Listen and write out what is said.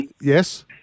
yes